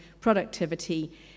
productivity